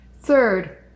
Third